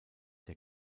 der